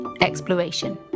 exploration